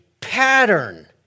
pattern